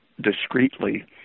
discreetly